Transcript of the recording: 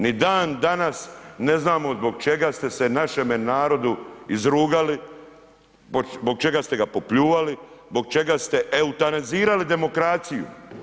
Ni dan danas ne znamo zbog čega ste se našemu narodu izrugali, zbog čega ste ga popljuvali, zbog čega ste eutanazirali demokraciju?